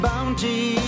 Bounty